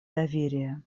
доверия